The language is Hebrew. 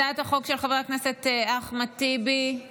הצעת החוק של חבר הכנסת אחמד טיבי, הצבעה,